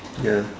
ya